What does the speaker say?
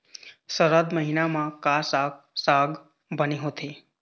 सरद महीना म का साक साग बने होथे?